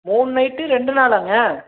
மூணு நைட்டு ரெண்டு நாளாங்க